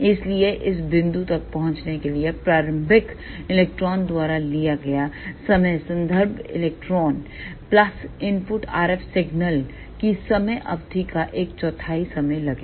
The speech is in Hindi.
इसलिए इस बिंदु तक पहुंचने के लिए प्रारंभिक इलेक्ट्रॉन द्वारा लिया गया समय संदर्भ electron plus input RF signal की समय अवधि का एक चौथाई समय लगेगा